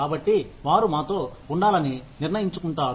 కాబట్టి వారు మాతో ఉండాలని నిర్ణయించుకుంటారు